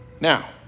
Now